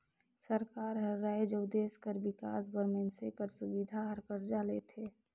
सरकार हर राएज अउ देस कर बिकास बर मइनसे कर सुबिधा बर करजा लेथे